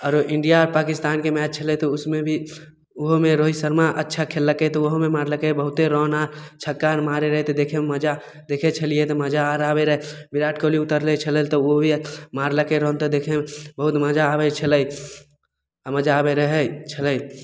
आरो इण्डिया पाकिस्तानके मैच छलै तऽ ओ सबमे भी ओहोमे रोहित शर्मा अच्छा खेललकै तऽ ओहुमे मारलकै बहुते रन आ छक्का आर मारै रहै तऽ देखेमे मजा देखे छलियै तऽ मजाआर आबे रहै बिराट कोहली उतरलै छलै तऽ भी मारलकै रन तऽ देखेमे बहुत मजा आबैत छलै आ मजा आबैत रहै छलै